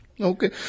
Okay